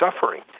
suffering